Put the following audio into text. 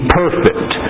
perfect